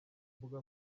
mbuga